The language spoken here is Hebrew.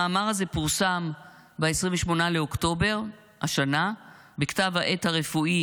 המאמר הזה פורסם ב-28 באוקטובר השנה בכתב העת הרפואי